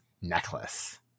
necklace